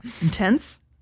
intense